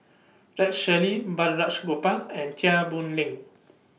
Rex Shelley Balraj Gopal and Chia Boon Leong